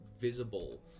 visible